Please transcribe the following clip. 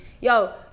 yo